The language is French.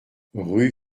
rue